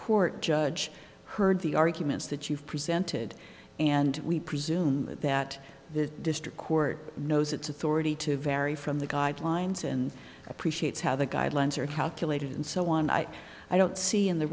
court judge heard the arguments that you've presented and we presume that the district court knows its authority to vary from the guidelines and appreciates how the guidelines are calculated and so on i i don't see in the